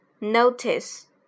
Notice